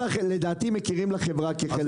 לדעתי, מכירים לחברה כחלק מההוצאה.